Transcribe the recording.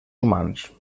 humans